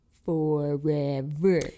forever